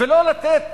לא לתת